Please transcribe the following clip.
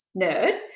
nerd